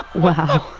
wow